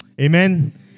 Amen